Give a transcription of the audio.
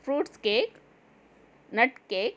fruits cake nut cake